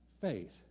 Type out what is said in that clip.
faith